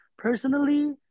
personally